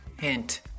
Hint